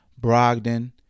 Brogdon